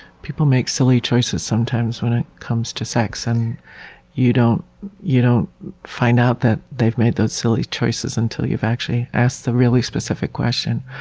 people make silly choices sometimes when it comes to sex, and you don't you don't find out that they've made those silly choices until you've actually asked a really specific question.